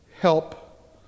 help